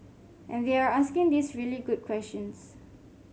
and they're asking these really good questions